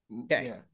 Okay